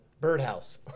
birdhouse